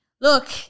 look